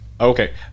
Okay